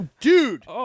Dude